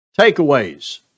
Takeaways